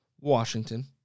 Washington